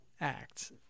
act